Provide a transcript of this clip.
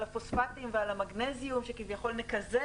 הפוספטים ועל המגנזיום שכביכול מקזז.